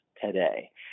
today